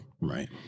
right